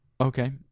Okay